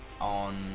on